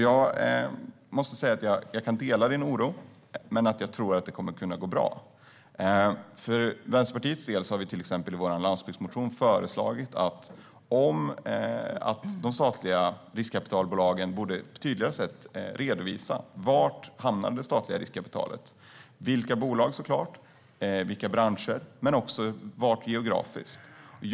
Jag måste säga att jag kan dela din oro, Helena Lindahl, men att jag tror att det kommer att kunna gå bra. Vi i Vänsterpartiet har till exempel i vår landsbygdsmotion föreslagit att de statliga riskkapitalbolagen på ett tydligare sätt ska redovisa var det statliga riskkapitalet hamnar. Det handlar såklart om vilka bolag det är fråga om och vilka branscher. Men det handlar också om var det geografiskt hamnar.